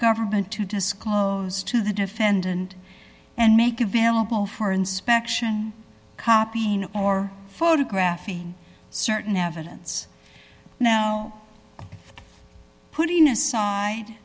government to disclose to the defendant and make available for inspection copying or photographing certain evidence now putting aside